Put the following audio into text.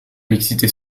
mixité